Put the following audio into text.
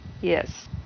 Yes